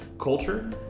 culture